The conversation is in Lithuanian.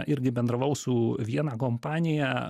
irgi bendravau su viena kompanija